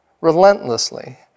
relentlessly